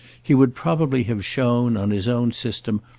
he would probably have shown, on his own system,